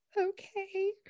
okay